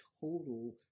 total